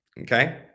Okay